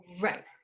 Right